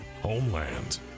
Homeland